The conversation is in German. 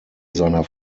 seiner